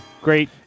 great